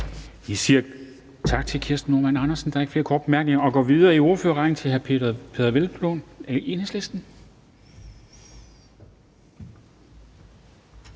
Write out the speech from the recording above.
Vi siger tak til fru Kirsten Normann Andersen. Der er ikke flere korte bemærkninger, så vi går videre i ordførerrækken til hr. Peder Hvelplund, Enhedslisten.